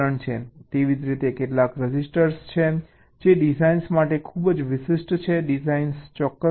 તેવી જ રીતે કેટલાક રજિસ્ટર છે જે ડિઝાઇન માટે ખૂબ જ વિશિષ્ટ છે ડિઝાઇન ચોક્કસ છે